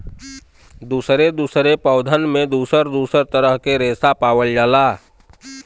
दुसरे दुसरे पौधन में दुसर दुसर तरह के रेसा पावल जाला